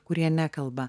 kurie nekalba